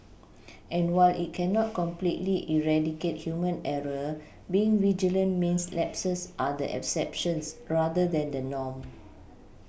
and while it cannot completely eradicate human error being vigilant means lapses are the exceptions rather than the norm